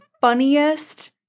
funniest